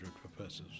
professors